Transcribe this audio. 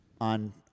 on